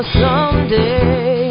someday